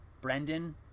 Brendan